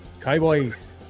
Cowboys